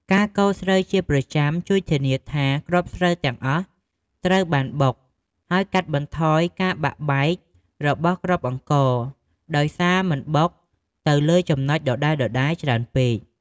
ការកូរស្រូវជាប្រចាំជួយធានាថាគ្រាប់ស្រូវទាំងអស់ត្រូវបានបុក ហើយកាត់បន្ថយការបាក់បែករបស់គ្រាប់អង្ករ ដោយសារមិនបុកទៅលើចំណុចដដែលៗច្រើនពេក។